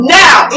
now